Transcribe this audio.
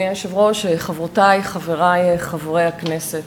אדוני היושב-ראש, חברותי וחברי חברי הכנסת,